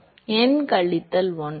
n கழித்தல் 1